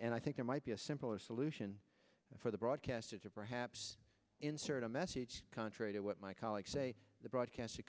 and i think there might be a simpler solution for the broadcasters or perhaps insert a message contrary to what my colleagues say the broadcast